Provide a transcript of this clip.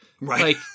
Right